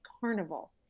carnival